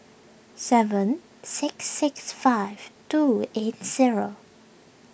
seven six six five two eight zero